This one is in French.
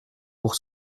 pour